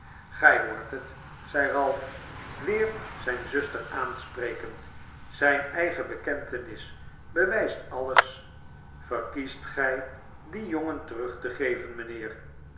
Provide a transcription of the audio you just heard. gij hoort het zei ralph weer zijn zuster aansprekend zijn eigen bekentenis bewijst alles verkiest gij dien jongen terug te geven mijnheer